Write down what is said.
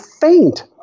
faint